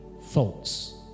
thoughts